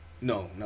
No